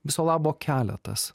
viso labo keletas